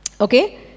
Okay